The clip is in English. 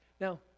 Now